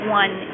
one